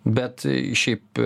bet šiaip